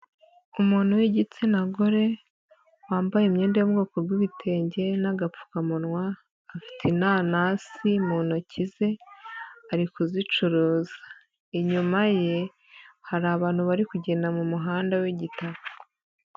Umuntu w'igitsina gore, wambaye imyenda yo mu bwoko bw'ibitenge n'agapfukamunwa, afite inanasi mu ntoki ze, ari kuzicuruza, inyuma ye, hari abantu bari kugenda mu muhanda w'igitaka.